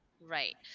right